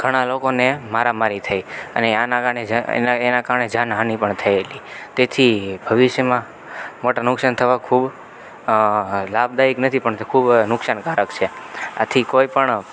ઘણા લોકોને મારામારી થય અને આના કારણે એના કારણે જાનહાની પણ થયેલી તેથી ભવિષ્યમાં મોટું નુક્સાન થવા ખૂબ લાભદાયક નથી પણ ખૂબ નુકસાનકારક છે આથી કોઈપણ